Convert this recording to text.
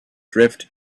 drift